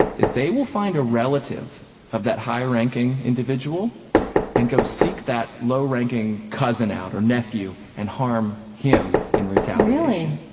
is they will find a relative of that high-ranking individual and go seek that low-ranking cousin out or nephew and harm him in retaliation